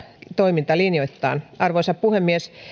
toimintalinjoittain arvoisa puhemies